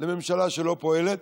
לממשלה שלא פועלת,